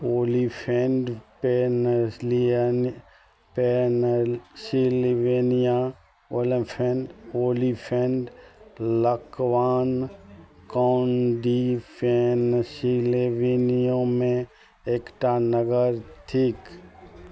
Olyphant Pennsylvania Pennsylvania Olyphant Olyphant Lackawanna कॉन्डिफेन्सिलिवेनिआमे एकटा नगर थिक